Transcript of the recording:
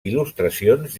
il·lustracions